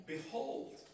Behold